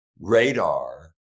radar